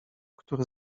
który